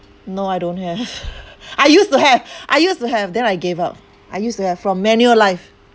no I don't have I used to have I used to have then I gave up I used to have from manulife